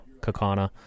Kakana